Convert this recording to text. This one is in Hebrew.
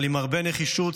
אבל עם הרבה נחישות,